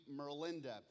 Merlinda